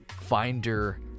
finder